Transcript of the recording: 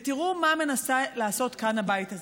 ותראו מה מנסה לעשות כאן הבית הזה.